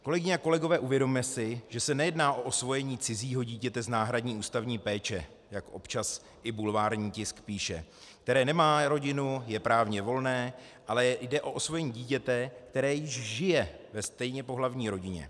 Kolegyně a kolegové, uvědomme si, že se nejedná o osvojení cizího dítěte z náhradní ústavní péče, jak občas i bulvární tisk píše, které nemá rodinu, je právně volné, ale jde o osvojení dítěte, které již žije ve stejnopohlavní rodině.